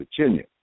Virginia